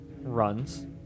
runs